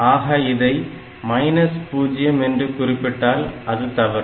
ஆக இதை 0 என்று குறிப்பிட்டால் அது தவறு